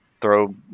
throw